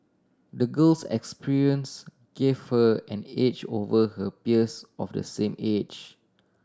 the girl's experience gave her an edge over her peers of the same age